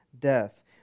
death